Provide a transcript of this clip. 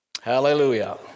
Hallelujah